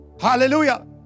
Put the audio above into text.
Hallelujah